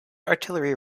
artillery